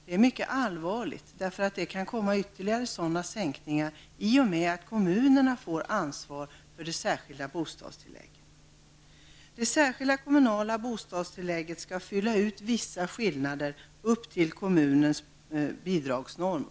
Det är mycket allvarligt, för det kan komma ytterligare sådana sänkningar i och med att kommunerna får ansvar för det särskilda bostadstillägget. Meningen från början var att det särskilda kommunala bostadstillägget skulle fylla ut vissa skillnader upp till kommunernas bidragsnorm.